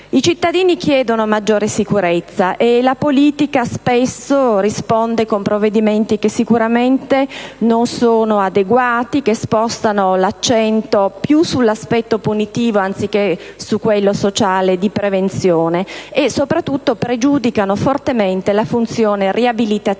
I cittadini chiedono maggiore sicurezza e la politica spesso risponde con provvedimenti che sicuramente non sono adeguati e che spostano l'accento più sull'aspetto punitivo anziché su quello sociale di prevenzione e soprattutto pregiudicano fortemente la funzione riabilitativa